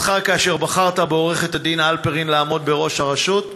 בחרת בעורכת-הדין מיכל הלפרין לממונה על